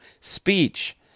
speech